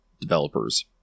developers